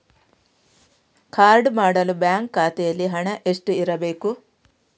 Card ಮಾಡಲು bank ಖಾತೆಯಲ್ಲಿ ಹಣ ಎಷ್ಟು ಇರಬೇಕು?